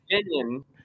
opinion